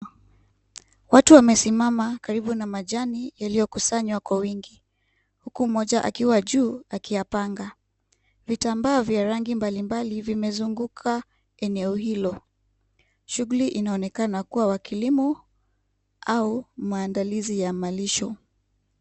Watu wamesimama karibu na majani yaliyokusanywa kwa wingi, huku mmoja akiwa juu akiyapanga. Vitambaa vya rangi mbali mbali vimezunguka eneo hilo. Shughuli inaonekana kuwa wa kilimo au maandalizi ya malisho.